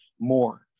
more